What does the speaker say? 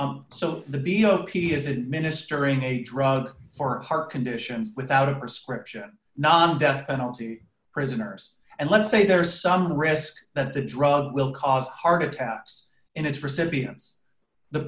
so the b o p s administer in a drug for heart conditions without a prescription not death penalty prisoners and let's say there is some risk that the drug will cause heart attacks and it's recipients the